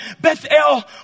Bethel